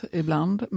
ibland